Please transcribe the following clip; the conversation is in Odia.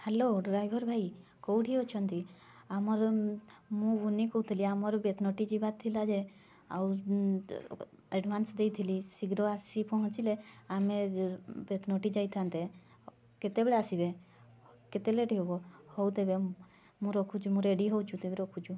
ହ୍ୟାଲୋ ଡ୍ରାଇଭର୍ ଭାଇ କେଉଁଠି ଅଛନ୍ତି ଆମର ମୁଁ ମୁନି କହୁଥିଲି ଆମର ବେଦନଟି ଯିବାର ଥିଲା ଯେ ଆଉ ଏଡ଼ଭାନ୍ସ ଦେଇଥିଲି ଶୀଘ୍ର ଆସିକି ପହଞ୍ଚିଲେ ଆମେ ବେଦନଟି ଯାଇଥାନ୍ତେ କେତେବେଳେ ଆସିବେ କେତେ ଲେଟ୍ ହେବ ହଉ ତେବେ ମୁଁ ରଖୁଛି ମୁଁ ରେଡ଼ି ହଉଛୁ ତେବେ ରଖୁଛୁ